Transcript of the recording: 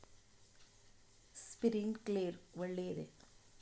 Sprinkler ಒಳ್ಳೇದೇ?